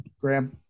graham